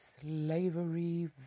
slavery